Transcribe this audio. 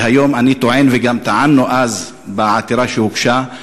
היום אני טוען, וגם טענו אז, בעתירה שהוגשה,